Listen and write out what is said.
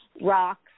rocks